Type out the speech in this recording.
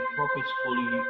purposefully